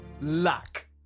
Luck